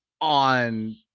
on